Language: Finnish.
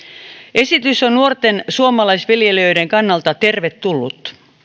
esitys on nuorten suomalaisviljelijöiden kannalta tervetullut